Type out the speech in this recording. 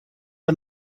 are